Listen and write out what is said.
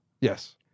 Yes